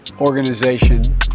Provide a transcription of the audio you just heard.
organization